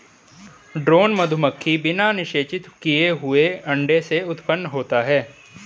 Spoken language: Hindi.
ड्रोन मधुमक्खी बिना निषेचित किए हुए अंडे से उत्पन्न होता है